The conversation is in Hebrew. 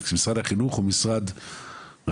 כי משרד החינוך הוא משרד רחב,